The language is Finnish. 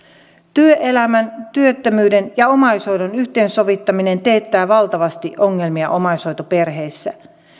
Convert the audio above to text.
työelämän työttömyyden ja omaishoidon yhteensovittaminen teettää valtavasti ongelmia omaishoitoperheissä